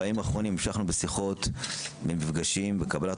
בימים האחרונים המשכנו בשיחות ובמפגשים ובקבלת